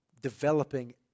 developing